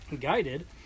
Guided